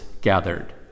gathered